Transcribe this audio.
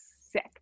sick